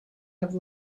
have